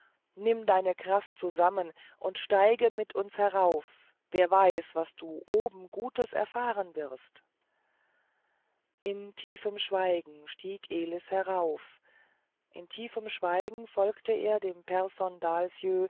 nimm deine kraft zusammen und steige mit uns herauf wer weiß was du oben gutes erfahren wirst in tiefem schweigen stieg elis herauf in tiefem schweigen folgte er dem